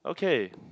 okay